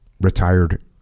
retired